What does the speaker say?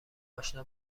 آشنا